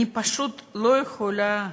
אני פשוט לא יכולה,